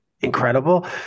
incredible